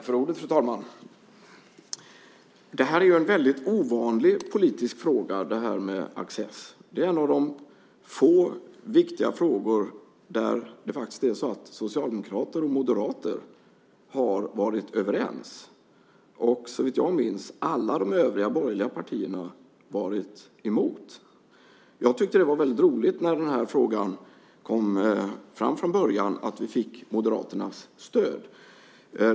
Fru talman! Access är en ovanlig politisk fråga. Det är en av få viktiga frågor där socialdemokrater och moderater har varit överens. Såvitt jag minns har alla övriga borgerliga partier varit emot. Det var roligt att när frågan från början kom fram vi fick Moderaternas stöd.